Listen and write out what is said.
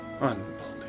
Unbelievable